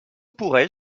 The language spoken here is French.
pourrais